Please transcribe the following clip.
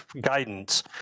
guidance